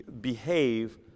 behave